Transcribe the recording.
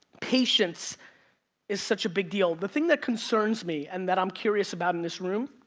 patience is such a big deal. the thing that concerns me, and that i'm curious about in this room,